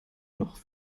noch